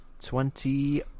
Twenty